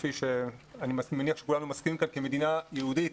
כפי שאני מניח שכולנו מסכימים כאן, כמדינה יהודית.